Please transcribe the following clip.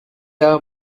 are